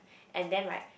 and then right